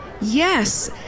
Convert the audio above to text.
Yes